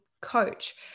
coach